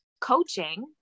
coaching